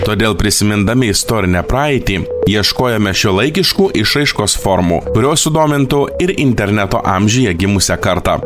todėl prisimindami istorinę praeitį ieškojome šiuolaikiškų išraiškos formų kurios sudomintų ir interneto amžiuje gimusią kartą